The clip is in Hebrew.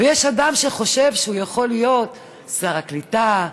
ויש אדם שחושב שהוא יכול להיות שר הקליטה,